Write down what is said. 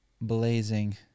blazing